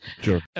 Sure